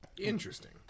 interesting